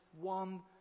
one